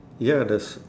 ya the s~